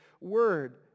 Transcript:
word